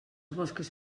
mosques